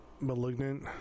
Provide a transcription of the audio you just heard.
malignant